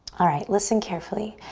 alright, listen carefully.